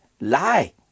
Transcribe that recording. lie